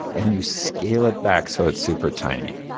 and you scale it back so it's super tiny.